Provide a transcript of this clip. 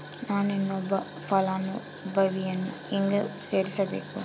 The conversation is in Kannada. ನಾನು ಇನ್ನೊಬ್ಬ ಫಲಾನುಭವಿಯನ್ನು ಹೆಂಗ ಸೇರಿಸಬೇಕು?